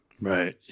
Right